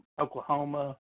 Oklahoma